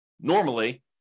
normally